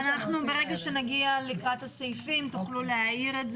ברגע שנגיע לקראת הסעיפים, תוכלו להעיר.